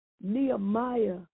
Nehemiah